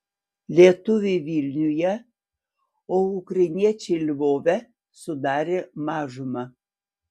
lietuviai vilniuje o ukrainiečiai lvove sudarė mažumą